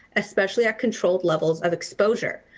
especially at controlled levels of exposure.